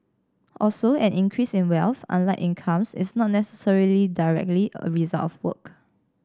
also an increase in wealth unlike incomes is not necessarily directly a result of work